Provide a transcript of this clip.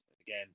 again